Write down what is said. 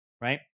right